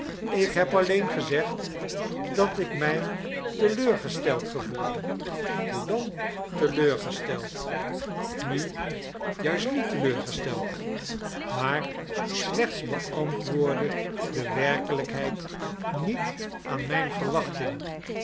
ik heb alleen gezegd dat ik mij teleurgesteld gevoelde hoe dan teleurgesteld nu juist niet teleurgesteld maar slechts beantwoordde de werkelijkheid niet aan mijn verwachting